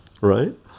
right